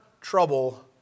trouble